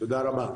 תודה רבה.